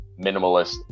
minimalist